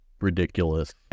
ridiculous